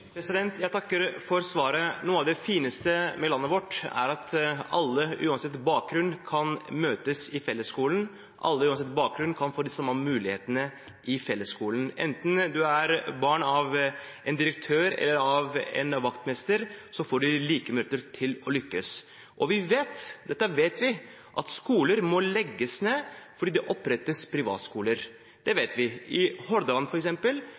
Jeg takker for svaret. Noe av det fineste med landet vårt er at alle uansett bakgrunn kan møtes i fellesskolen, alle uansett bakgrunn kan få de samme mulighetene i fellesskolen. Enten en er barn av en direktør eller av en vaktmester, får en like muligheter til å lykkes. Vi vet at skoler må legges ned fordi det opprettes privatskoler. I Hordaland,